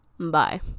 Bye